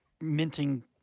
minting